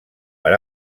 per